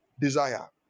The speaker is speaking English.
Desire